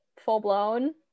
full-blown